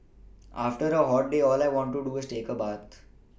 after a hot day all I want to do is take a but